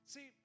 See